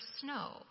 snow